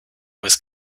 was